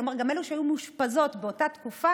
כלומר גם אלה שהיו מאושפזות באותה תקופה